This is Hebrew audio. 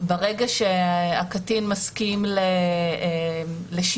שבמקום שיש חשש אבל הקטין לא ביקש -- נכון.